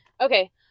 Okay